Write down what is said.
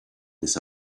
this